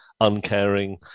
uncaring